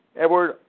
Edward